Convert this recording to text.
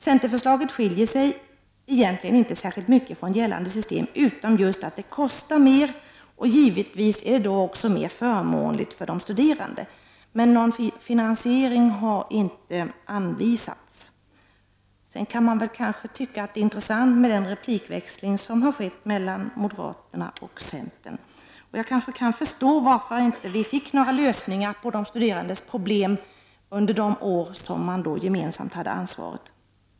Centerförslaget skiljer sig egentligen inte särskilt mycket från gällande system förutom just att det kostar mera och givetvis då också är mer förmånligt för de studerande. Någon finansiering har emellertid inte anvisats. Sedan kan man kanske tycka att det är intressant att lyssna till den replikväxling som har skett mellan moderaterna och centern, och jag kan nog förstå varför vi inte fick några lösningar på de studerandes problem under de år då de borgerliga partierna gemensamt hade ansvaret.